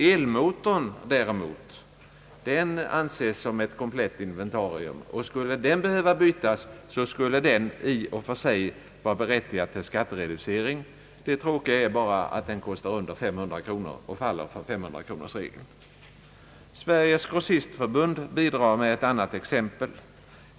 Elmotorn däremot anses som ett komplett inventarium, och skulle den behöva bytas ut skulle den i och för sig vara berättigad till skattereducering. Det tråkiga är bara att den kostar under 500 kronor och faller för 500-kronorsregeln. Sveriges grossistförbund bidrar med ett annat exempel.